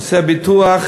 עושה ביטוח